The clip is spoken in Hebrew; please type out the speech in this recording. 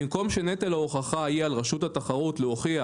במקום שנטל ההוכחה תהיה על רשות התחרות להוכיח